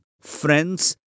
friends